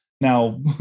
Now